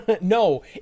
no